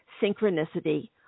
synchronicity